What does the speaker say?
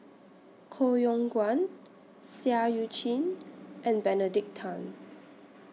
Koh Yong Guan Seah EU Chin and Benedict Tan